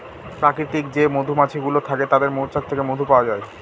প্রাকৃতিক যে মধুমাছি গুলো থাকে তাদের মৌচাক থেকে মধু পাওয়া যায়